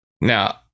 now